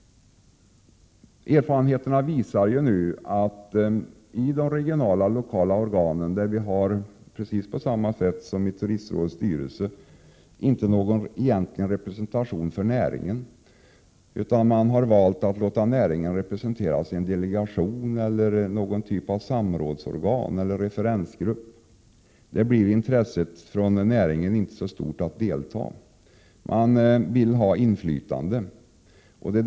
I de regionala och lokala organen finns det på samma sätt som i Turistrådets styrelse inte någon egentlig representation för näringen, utan man har valt att låta näringen representeras i en delegation eller någon typ av samrådsorgan eller referensgrupp. Erfarenheten visar att intresset från näringen att delta inte är så stort. Man vill ha inflytande.